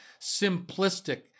simplistic